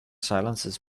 silences